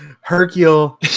Hercule